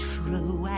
True